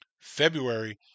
February